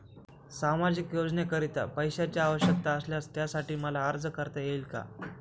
सामाजिक योजनेकरीता पैशांची आवश्यकता असल्यास त्यासाठी मला अर्ज करता येईल का?